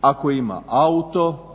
ako ima auto